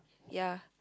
yea